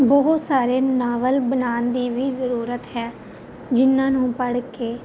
ਬਹੁਤ ਸਾਰੇ ਨਾਵਲ ਬਣਾਉਣ ਦੀ ਵੀ ਜ਼ਰੂਰਤ ਹੈ ਜਿਨ੍ਹਾਂ ਨੂੰ ਪੜ੍ਹ ਕੇ